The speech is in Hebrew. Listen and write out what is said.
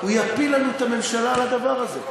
הוא יפיל לנו את הממשלה על הדבר הזה,